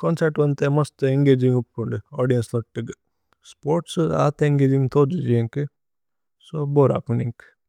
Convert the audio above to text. Concert വന്തേ മസ്തു engaging ഉപ്പുന്ദു, ഔദിഏന്ചേ നോത്തേഗു। സ്പോര്ത്സ് അത ഏന്ഗഗിന്ഗ് ഥുജുജേന്കു। സോ, പുര ഉപ്പുന്ദുന്കു।